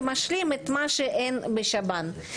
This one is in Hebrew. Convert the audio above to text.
שמשלים את מה שאין בשב"ן.